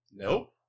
Nope